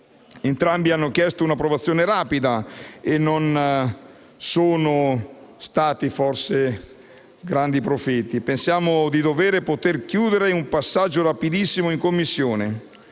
Entrambi hanno chiesto un'approvazione rapida e non sono stati, forse, grandi profeti: pensiamo di dover e poter chiudere con un passaggio rapidissimo in Commissione.